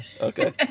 Okay